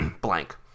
Blank